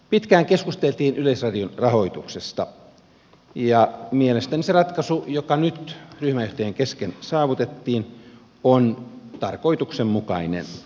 pitkään keskusteltiin yleisradion rahoituksesta ja mielestäni se ratkaisu joka nyt ryhmänjohtajien kesken saavutettiin on tarkoituksenmukainen